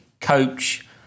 coach